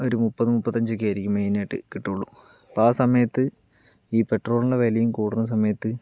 ഒരു മുപ്പത്ത് മുപ്പത്തഞ്ചൊക്കെയിരിക്കും മെയ്നായിട്ട് കിട്ടുകയുള്ളു അപ്പോൾ ആ സമയത്ത് ഈ പെട്രോളിൻ്റെ വിലയും കൂടണ സമയത്ത്